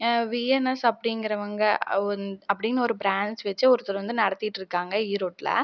VNS அப்படிங்கிறவங்க அவுங்க அப்படின் ஒரு ப்ராண்ச் வச்சு ஒருத்தவர் வந்து நடத்துகிட்டிருக்காங்க ஈரோட்டில